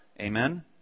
Amen